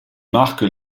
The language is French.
marque